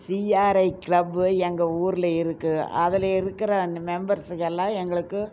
CRI club எங்கள் ஊரில் இருக்குது அதில் இருக்கிற அந்த மெம்பர்ஸ்ஸுகள் எல்லாம் எங்களுக்கு